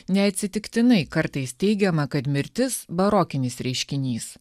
neatsitiktinai kartais teigiama kad mirtis barokinis reiškinys